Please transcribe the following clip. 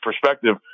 perspective